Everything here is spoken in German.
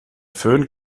föhn